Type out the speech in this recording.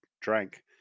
drank